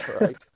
right